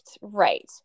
Right